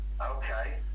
Okay